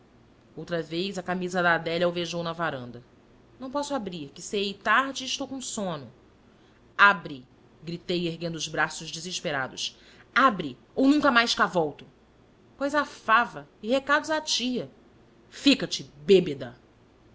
outra vez a camisa da adélia alvejou na varanda não posso abrir que ceei tarde e estou com sono abre gritei erguendo os braços desesperadamente abre ou nunca mais cá volto pois à fava e recados à tia fica-te bêbeda